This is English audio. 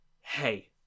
Hey